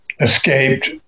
escaped